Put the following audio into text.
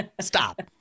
stop